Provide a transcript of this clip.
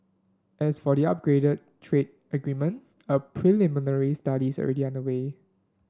as for the upgraded trade agreement a preliminary study is already underway